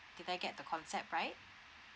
did I get the concept right